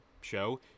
show